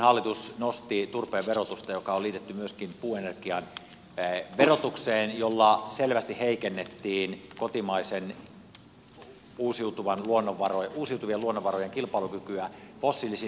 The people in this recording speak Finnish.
hallitus nosti turpeen verotusta joka on liitetty myöskin puuenergian verotukseen millä selvästi heikennettiin kotimaisten uusiutuvien luonnonvarojen kilpailukykyä fossiilisiin nähden